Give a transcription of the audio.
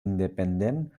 independent